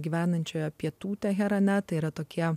gyvenančioje pietų teherane tai yra tokie